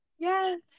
yes